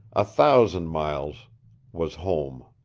a thousand miles was home.